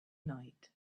night